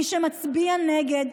מי שמצביע נגד,